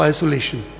Isolation